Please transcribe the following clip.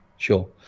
Sure